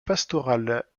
pastorale